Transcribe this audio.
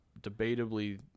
debatably